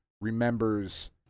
remembers